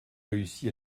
réussi